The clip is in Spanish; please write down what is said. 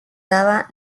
daba